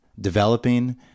developing